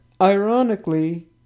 Ironically